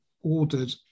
ordered